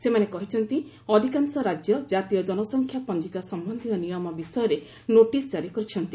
ସେମାନେ କହିଛନ୍ତି ଅଧିକାଂଶ ରାଜ୍ୟ ଜାତୀୟ ଜନସଂଖ୍ୟା ପଞ୍ଜିକା ସମ୍ଭନ୍ଧୀୟ ନିୟମ ବିଷୟରେ ନୋଟିସ୍ ଜାରି କରିଛନ୍ତି